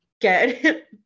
get